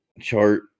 chart